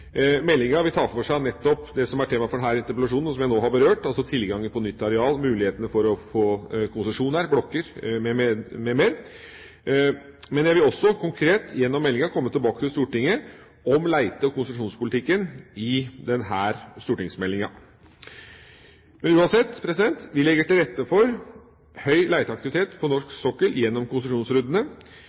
Meldinga vil ta for seg nettopp det som er temaet for denne interpellasjonen, og som jeg nå har berørt, altså tilgangen på nytt areal og muligheten for å få konsesjoner, blokker m.m. Men jeg vil også komme tilbake til Stortinget om lete- og konsesjonspolitikken konkret gjennom denne stortingsmeldinga. Uansett legger vi til rette for høy leteaktivitet på norsk sokkel gjennom